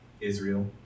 Israel